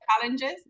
challenges